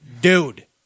dude